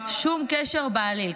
שום קשר בעליל.